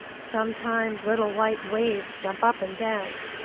sometimes little white waves jump up and dance,